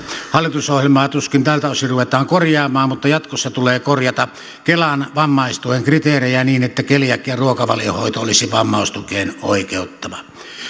hallitusohjelmaa tuskin tältä osin ruvetaan korjaamaan mutta jatkossa tulee korjata kelan vammaistuen kriteerejä niin että keliakian ruokavaliohoito olisi vammaistukeen oikeuttava